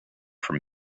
from